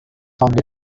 found